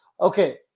Okay